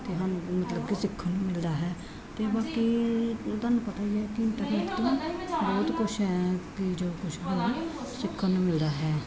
ਅਤੇ ਸਾਨੂੰ ਮਤਲਬ ਕਿ ਸਿੱਖਣ ਨੂੰ ਮਿਲਦਾ ਹੈ ਅਤੇ ਬਾਕੀ ਤੁਹਾਨੂੰ ਪਤਾ ਹੀ ਹੈ ਕਿ ਇੰਟਰਨੈਟ ਤੋਂ ਬਹੁਤ ਕੁਛ ਹੈ ਕਿ ਜੋ ਕੁਛ ਹੈ ਸਿਖਣ ਨੂੰ ਮਿਲਦਾ ਹੈ